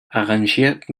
arrangiert